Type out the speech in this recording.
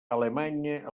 alemanya